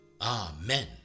Amen